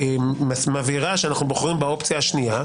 ומבהיר שאנחנו בוחרים באופציה השנייה.